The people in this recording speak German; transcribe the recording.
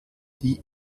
die